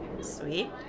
Sweet